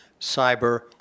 cyber